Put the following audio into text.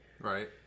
right